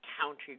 county